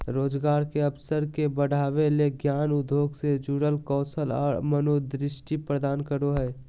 रोजगार के अवसर के बढ़ावय ले ज्ञान उद्योग से जुड़ल कौशल और मनोदृष्टि प्रदान करो हइ